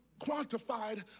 quantified